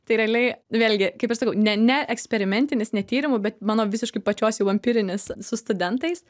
tai realiai vėlgi kaip aš sakau ne ne eksperimentinis ne tyrimu bet mano visiškai pačios jau empirinis su studentais